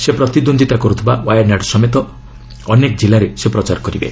ସେ ପ୍ରତିଦ୍ୱନ୍ଦ୍ୱିତା କରୁଥିବା ୱାୟାନାଡ ସମେତ ସେ ଅନେକ ଜିଲ୍ଲାରେ ପ୍ରଚାର କରିବେ